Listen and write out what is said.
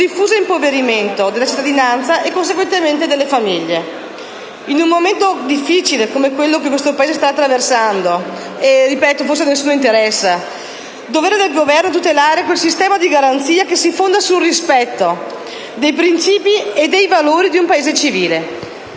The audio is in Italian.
diffuso impoverimento della cittadinanza e conseguentemente delle famiglie. In un momento difficile come quello che questo Paese sta attraversando (ma forse - ripeto - a nessuno interessa, visto il brusìo) è dovere del Governo tutelare quel sistema di garanzia che si fonda sui rispetto dei principi e dei valori di un Paese civile.